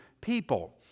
people